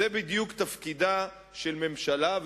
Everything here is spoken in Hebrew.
זה בדיוק תפקידה של ממשלה,